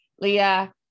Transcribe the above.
Leah